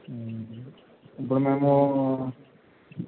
ఇప్పుడు మేము